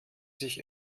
sich